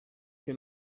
che